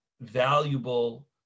valuable